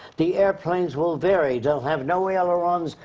the airplanes will vary. they'll have no ailerons,